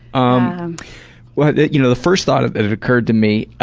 um but you know the first thought that occurred to me,